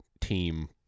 team